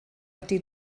wedi